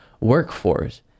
workforce